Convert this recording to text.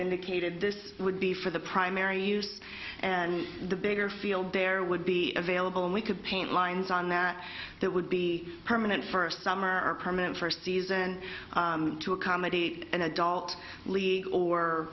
indicated this would be for the primary use and the bigger field there would be available and we could paint lines on that that would be permanent first summer or permanent first season to accommodate an adult league or